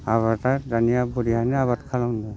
आबादा दानिया बरियानो आबाद खालामदों